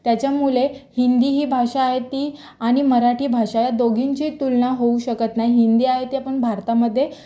त्याच्यामुळे हिंदी ही भाषा आहे ती आणि मराठी भाषा आहे दोघींची तुलना होऊ शकत नाही हिंदी आहे ते पण भारतामध्ये